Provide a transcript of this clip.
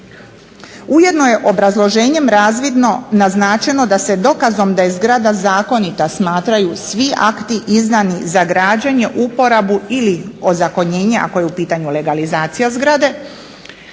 Ujedno je obrazloženjem razvidno naznačeno da se dokazom da je zgrada zakonita smatraju svi akti izdani za građenje, uporabu ili ozakonjenje ako je u pitanju legalizacija zgrade